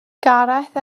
gareth